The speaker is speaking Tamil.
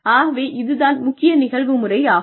ஆகவே இது தான் முக்கிய நிகழ்வு முறையாகும்